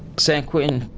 san quentin,